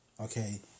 Okay